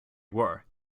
were